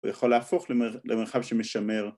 ‫ויכול להפוך למרחב שמשמר.